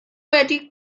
wedi